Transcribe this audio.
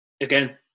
again